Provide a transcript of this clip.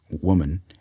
woman